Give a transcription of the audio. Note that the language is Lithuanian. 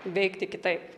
veikti kitaip